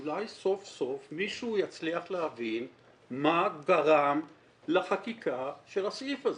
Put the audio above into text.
אולי סוף סוף מישהו יצליח להבין מה גרם לחקיקה של הסעיף הזה,